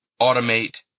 automate